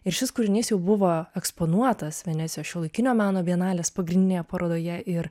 ir šis kūrinys jau buvo eksponuotas venecijos šiuolaikinio meno bienalės pagrindinėje parodoje ir